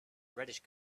reddish